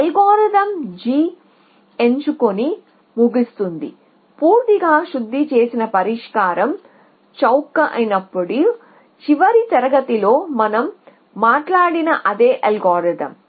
అల్గోరిథంGఎంచుకొని ముగుస్తుంది పూర్తిగా శుద్ధి చేసిన పరిష్కారం చౌకైనప్పుడు చివరి తరగతిలో మనం మాట్లాడిన అదే అల్గోరిథం